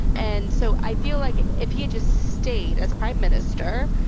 and so i feel like if he had just stayed as prime minister,